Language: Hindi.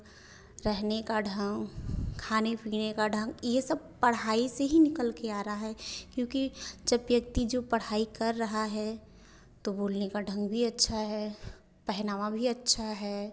रहने का ढंग खाने पीने का ढंग यह सब पढ़ाई से ही निकल कर आ रहा है क्योंकि जब व्यक्ति जो पढ़ाई कर रहा है तो बोलने का ढंग भी अच्छा है पहनावा भी अच्छा है